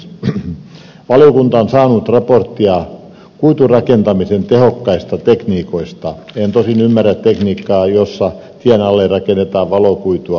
valiokunta on saanut raporttia kuiturakentamisen tehokkaista tekniikoista en tosin ymmärrä tekniikkaa jossa tien alle rakennetaan valokuitua